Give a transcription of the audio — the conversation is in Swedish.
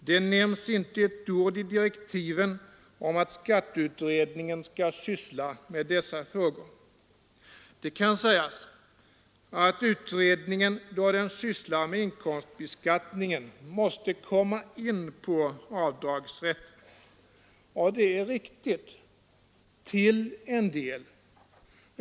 Det nämns inte ett ord i direktiven om att skatteutredningen skall syssla med dessa frågor. Det kan sägas att utredningen, då den sysslar med inkomstbeskattningen, måste komma in också på avdragsrätten. Ja, det är riktigt — till en del.